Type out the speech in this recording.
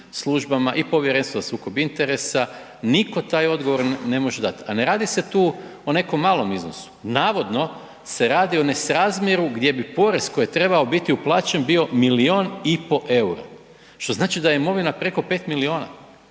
službama i Povjerenstvu za sukob interesa, nitko taj odgovor ne može dati, a ne radi se tu o nekom malom iznosu. Navodno se radi o nesrazmjeru gdje bi porez koji je trebao biti uplaćen bio milijun i pol eura. Što znači da je imovina preko 5 milijuna.